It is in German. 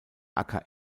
acker